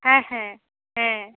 ᱦᱮᱸ ᱦᱮᱸ ᱦᱮᱸ